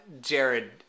Jared